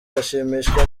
ashimishwa